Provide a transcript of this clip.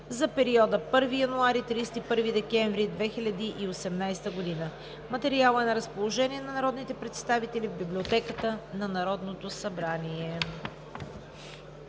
за периода 1 януари – 31 декември 2018 г. Материалът е на разположение на народните представители в Библиотеката на Народното събрание.